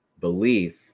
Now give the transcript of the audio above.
belief